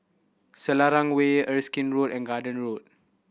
Selarang Way Erskine Road and Garden Road